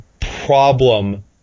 problem